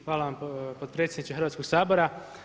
Hvala vam potpredsjedniče Hrvatskog sabora.